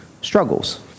struggles